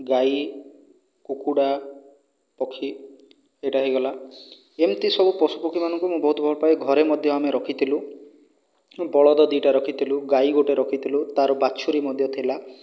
ଗାଈ କୁକୁଡ଼ା ପକ୍ଷୀ ଏହିଟା ହୋଇଗଲା ଏମିତି ସବୁ ପଶୁପକ୍ଷୀମାନଙ୍କୁ ମୁଁ ବହୁତ ଭଲ ପାଏ ଘରେ ମଧ୍ୟ ଆମେ ରଖିଥିଲୁ ବଳଦ ଦୁଇଟା ରଖିଥିଲୁ ଗାଈ ଗୋଟିଏ ରଖିଥିଲୁ ତାର ବାଛୁରି ମଧ୍ୟ ଥିଲା